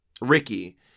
Ricky